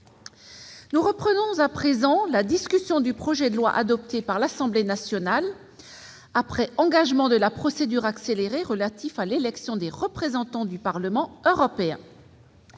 Nous reprenons la discussion du projet de loi, adopté par l'Assemblée nationale après engagement de la procédure accélérée, relatif à l'élection des représentants au Parlement européen.